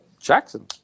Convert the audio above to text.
Jackson